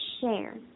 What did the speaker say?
share